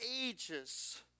ages